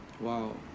Wow